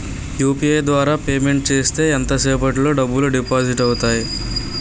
UPI ద్వారా payment చేస్తే ఎంత సేపటిలో డబ్బులు డిపాజిట్ అవుతాయి?